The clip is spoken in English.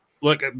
look